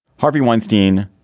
harvey weinstein,